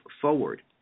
forward